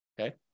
Okay